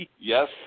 yes